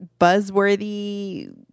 buzzworthy